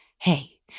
hey